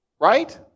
right